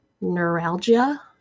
neuralgia